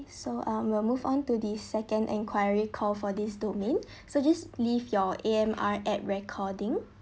so uh we will move on to the second enquiry call for this domain so just leave your A_M_R at recording